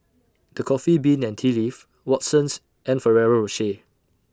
The Coffee Bean and Tea Leaf Watsons and Ferrero Rocher